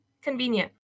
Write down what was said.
Convenient